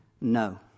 No